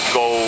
go